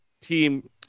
team